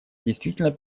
действительно